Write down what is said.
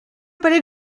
palais